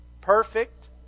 Perfect